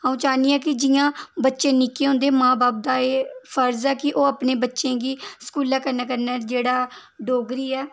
अ'ऊं चाह्न्नी आं जि'यां बच्चे निक्के होंदे मां बाप दा एह् फर्ज ऐ कि ओह् अपने बच्चें गी स्कूलै कन्नै कन्नै जेह्ड़ा डोगरी ऐ